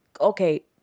okay